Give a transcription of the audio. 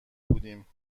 بودیم